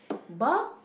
bar